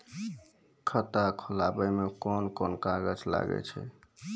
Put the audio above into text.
खाता खोलावै मे कोन कोन कागज लागै छै?